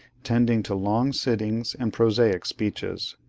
tending to long sittings and prosaic speeches.